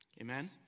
Amen